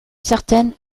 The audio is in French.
certaines